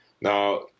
now